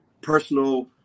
personal